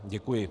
Děkuji.